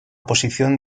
posición